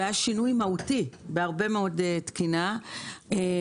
היה שינוי מהותי בתקינה רבה.